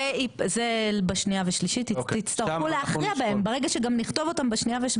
זה בשנייה ושלישית תצטרכו להכריע בהם ברגע שגם נכתוב אותם בשנייה.